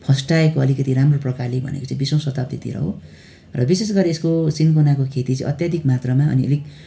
फस्टाएको अलिकति राम्रो प्रकारले भनेको चाहिँ बिसौँ शताब्दीतिर हो र विशेषगरी यसको सिन्कोनाको खेती चाहिँ अत्याधिक मात्रामा अनि अलिक